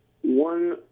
one